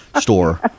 store